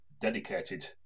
dedicated